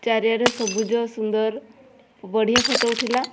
ଚାରିଆଡ଼େ ସବୁଜ ସୁନ୍ଦର ବଢ଼ିଆ ଫଟୋ ଉଠିଲା